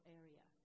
area